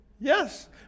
Yes